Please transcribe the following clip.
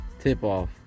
tip-off